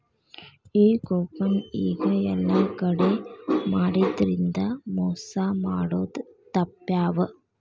ಈ ಕೂಪನ್ ಈಗ ಯೆಲ್ಲಾ ಕಡೆ ಮಾಡಿದ್ರಿಂದಾ ಮೊಸಾ ಮಾಡೊದ್ ತಾಪ್ಪ್ಯಾವ